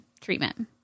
treatment